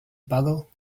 bugle